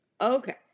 Okay